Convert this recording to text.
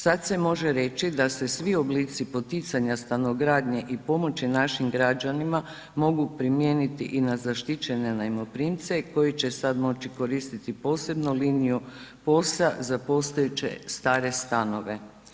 Sad se može reći da se svi oblici poticanja stanogradnje i pomoći našim građanima mogu primijeniti i na zaštićene najmoprimce koji će sad moći koristiti posebnu liniju POS-a za postojeće stare stanove.